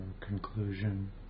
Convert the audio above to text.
conclusion